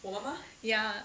ya